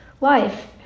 life